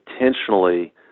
intentionally